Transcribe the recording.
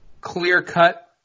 clear-cut